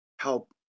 help